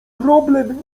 problem